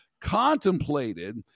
contemplated